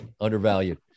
undervalued